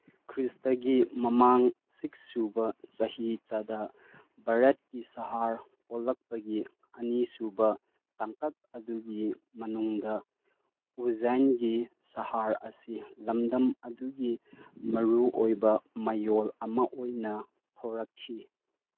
ꯈ꯭ꯔꯤꯁꯇꯒꯤ ꯃꯃꯥꯡ ꯁꯤꯛꯁ ꯁꯨꯕ ꯆꯍꯤ ꯆꯥꯗ ꯚꯥꯔꯠꯀꯤ ꯁꯍꯔ ꯑꯣꯜꯂꯛꯄꯒꯤ ꯑꯅꯤꯁꯨꯕ ꯇꯥꯡꯀꯛ ꯑꯗꯨꯒꯤ ꯃꯅꯨꯡꯗ ꯎꯖꯥꯏꯟꯒꯤ ꯁꯍꯔ ꯑꯁꯤ ꯂꯝꯗꯝ ꯑꯗꯨꯒꯤ ꯃꯔꯨ ꯑꯣꯏꯕ ꯃꯌꯣꯜ ꯑꯃ ꯑꯣꯏꯅ ꯊꯣꯔꯛꯈꯤ